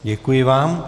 Děkuji vám.